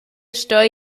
stoi